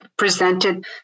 presented